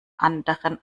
anderen